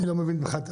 אני לא מבין בכלל את